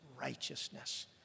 righteousness